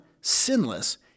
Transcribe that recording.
sinless